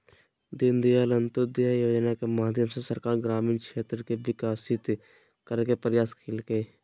दीनदयाल अंत्योदय योजना के माध्यम से सरकार ग्रामीण क्षेत्र के विकसित करय के प्रयास कइलके